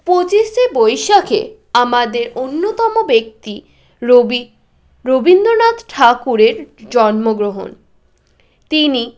পঁচিশে বৈশাখে আমাদের অন্যতম ব্যক্তি রবি রবীন্দ্রনাথ ঠাকুরের জন্মগ্রহণ তিনি